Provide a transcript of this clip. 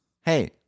Hey